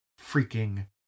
freaking